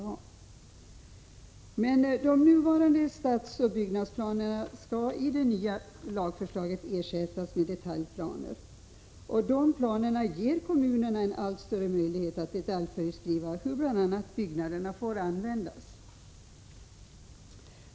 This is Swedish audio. Men de nuvarande stadsoch byggnadsplanerna skall enligt det nya lagförslaget ersättas med detaljplaner, och de planerna ger kommunerna större möjligheter att detaljföreskriva hur bl.a. byggnaderna får användas.